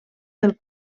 del